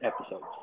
episodes